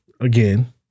again